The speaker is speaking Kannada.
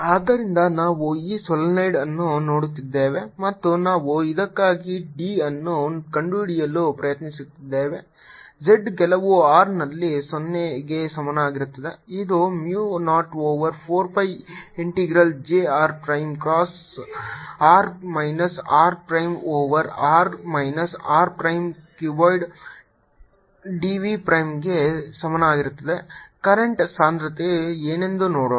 ಆದ್ದರಿಂದ ನಾವು ಈ ಸೊಲೀನಾಯ್ಡ್ ಅನ್ನು ನೋಡುತ್ತಿದ್ದೇವೆ ಮತ್ತು ನಾವು ಇದಕ್ಕಾಗಿ d ಅನ್ನು ಕಂಡುಹಿಡಿಯಲು ಪ್ರಯತ್ನಿಸುತ್ತಿದ್ದೇವೆ z ಕೆಲವು r ನಲ್ಲಿ 0 ಗೆ ಸಮಾನವಾಗಿರುತ್ತದೆ ಇದು mu 0 over 4 pi integral j r prime cross r minus r prime over r minus r prime cubed dv prime ಗೆ ಸಮನಾಗಿರುತ್ತದೆ ಕರೆಂಟ್ ಸಾಂದ್ರತೆ ಏನೆಂದು ನೋಡೋಣ